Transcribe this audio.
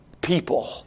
people